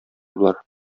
болар